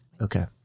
Okay